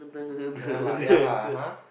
ya lah ya lah !huh!